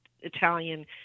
Italian